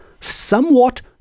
somewhat